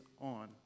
on